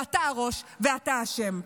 ואתה הראש ואתה אשם.